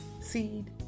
seed